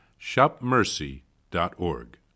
shopmercy.org